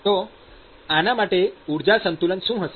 તો આના માટે ઊર્જા સંતુલન શું થશે